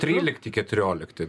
trylikti keturiolikti